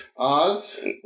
Oz